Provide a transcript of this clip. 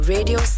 Radio